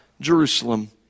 Jerusalem